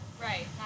Right